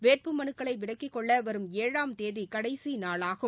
வேட்பு மனுக்களை விலக்கிக்கொள்ள வரும் ஏழாம் தேதி கடைசி நாளாகும்